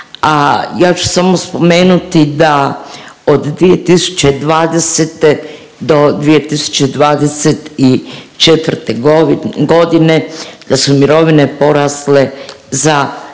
a ja ću samo spomenuti da od 2020. do 2024. godine da su mirovine porasle za